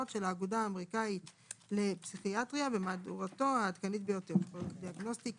של האגודה האמריקאית לפסיכיאטריה (,(Diagnostic and